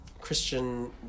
Christian